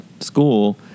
school